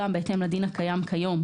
גם בהתאם לדין הקיים היום,